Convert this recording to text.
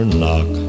knock